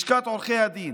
לשכת עורכי הדין.